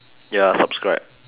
ya subscribe